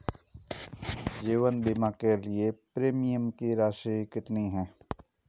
जीवन बीमा के लिए प्रीमियम की राशि कितनी है?